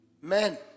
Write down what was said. Men